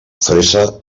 fresa